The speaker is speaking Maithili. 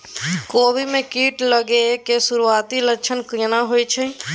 कोबी में कीट लागय के सुरूआती लक्षण केना होय छै